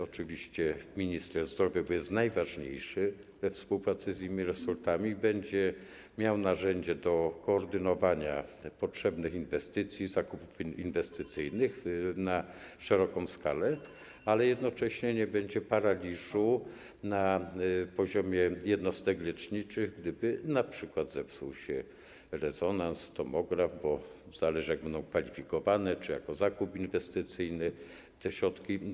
Oczywiście minister zdrowia, który jest najważniejszy, we współpracy z innymi resortami, będzie miał narzędzie do koordynowania potrzebnych inwestycji, zakupów inwestycyjnych na szeroką skalę, ale jednocześnie nie będzie paraliżu na poziomie jednostek leczniczych, gdyby np. zepsuł się rezonans, tomograf, bo zależy, jak będą kwalifikowane - czy jako zakup inwestycyjny - te środki.